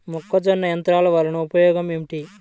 మొక్కజొన్న యంత్రం వలన ఉపయోగము ఏంటి?